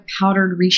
powdered